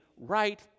right